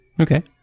Okay